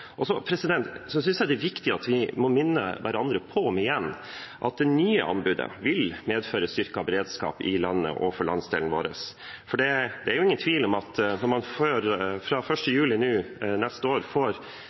synes det er viktig igjen å minne hverandre på at det nye anbudet vil medføre styrket beredskap i landet og for landsdelen vår. Det er ingen tvil om at når vi fra 1. juli neste år